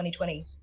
2020